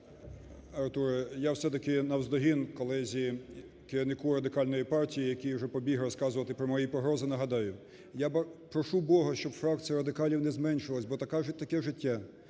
Артуре, я все-таки навздогін колезі керівнику Радикальної партії, який вже побіг розказувати про мої погрози, нагадаю, я прошу Бога, щоб фракція "радикалів" не зменшилася, бо таке життя.